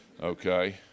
Okay